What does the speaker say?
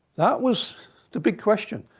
that was the big question.